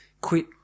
quit